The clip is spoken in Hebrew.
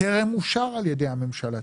טרם אושר על ידי הממשלה,